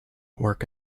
work